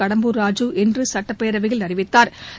கடம்பூர் ராஜூ இன்றுசட்டப்பேரவையில் அறிவித்தாா்